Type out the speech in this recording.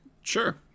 Sure